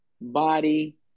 body